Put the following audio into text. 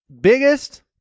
Biggest